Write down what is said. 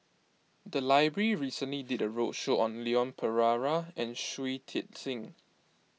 the library recently did a roadshow on Leon Perera and Shui Tit Sing